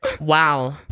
Wow